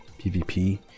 PvP